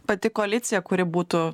pati koalicija kuri būtų